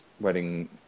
wedding